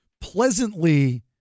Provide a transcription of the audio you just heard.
pleasantly